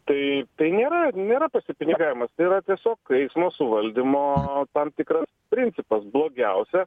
tai tai nėra nėra pasipinigavimas tai yra tiesiog eismo suvaldymo tam tikras principas blogiausia